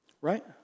Right